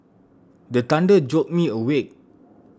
the thunder jolt me awake